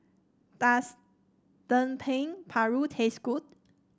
does Dendeng Paru taste good